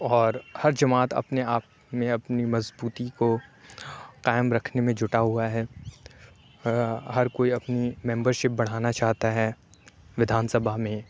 اور ہر جماعت اپنے آپ میں اپنی مضبوطی کو قائم رکھنے میں جُٹا ہُوا ہے ہر کوئی ممبر شپ بڑھانا چاہتا ہے وِدھان سبھا میں